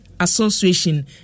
Association